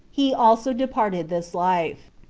he also departed this life.